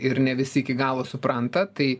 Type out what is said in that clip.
ir ne visi iki galo supranta tai